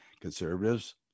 conservatives